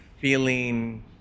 feeling